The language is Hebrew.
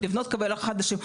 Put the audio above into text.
לבנות קווי הולכה חדשים,